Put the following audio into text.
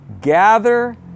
gather